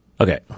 Okay